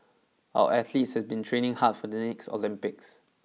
our athletes have been training hard for the next Olympics